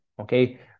Okay